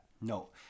no